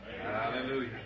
Hallelujah